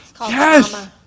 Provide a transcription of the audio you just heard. Yes